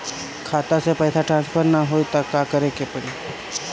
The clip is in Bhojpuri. खाता से पैसा टॉसफर ना होई त का करे के पड़ी?